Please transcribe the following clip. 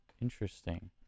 Interesting